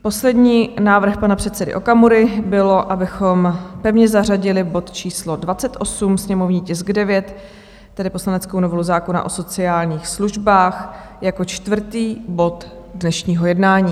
Poslední návrh pana předsedy Okamury byl, abychom pevně zařadili bod číslo 28, sněmovní tisk 9, tedy poslaneckou novelu zákona o sociálních službách, jako čtvrtý bod dnešního jednání.